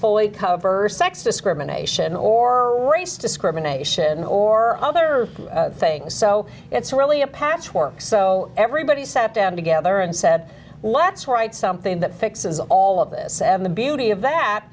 fully cover sex discrimination or race discrimination or other things so it's really a patchwork so everybody sat down together and said let's write something that fixes all of this and the beauty of that